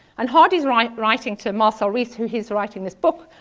and hardy's writing writing to marcel riesz who he's writing this book